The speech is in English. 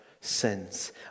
sins